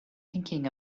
thinking